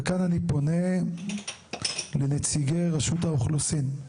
וכאן אני פונה לנציגי רשות האוכלוסין.